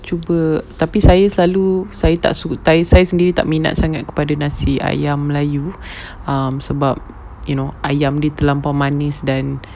cuba tapi saya selalu saya tak saya sendiri tak minat sangat kepada nasi ayam melayu um sebab you know ayam dia terlampau manis dan